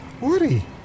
Woody